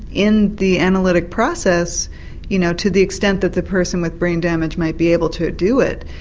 in the analytic process you know to the extent that the person with brain damage might be able to do it,